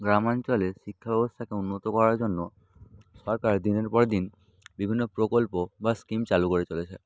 গ্রামাঞ্চলের শিক্ষা ব্যবস্থাকে উন্নত করার জন্য সরকার দিনের পর দিন বিভিন্ন প্রকল্প বা স্কিম চালু করে চলেছে